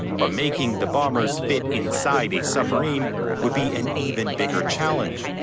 but making the bombers fit inside a submarine would be an even bigger challenge.